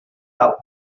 out